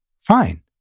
Fine